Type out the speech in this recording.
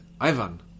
Ivan